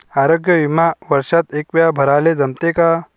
आरोग्य बिमा वर्षात एकवेळा भराले जमते का?